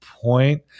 point